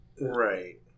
Right